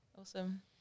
Awesome